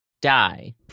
die